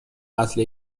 قتل